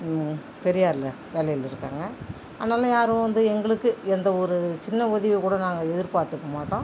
பெரியாரில் வேலையில்ருக்காங்க ஆனாலும் யாரும் வந்து எங்களுக்கு எந்தவொரு சின்ன உதவி கூட நாங்கள் எதிர்பார்த்துக்க மாட்டோம்